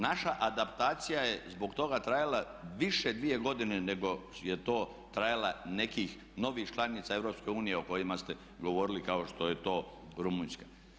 Naša adaptacija je zbog toga trajala više dvije godine nego je to trajala nekih novih članica EU o kojima ste govorili kao što je to Rumunjska.